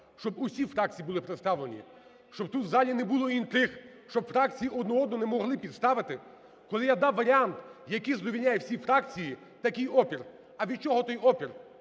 щоб усі фракції були представлені, щоб тут в залі не було інтриг, щоб фракції одна одну не могли підставити, коли я дав варіант, який задовольняє всі фракції, такий опір. А від чого той опір?